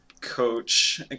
coach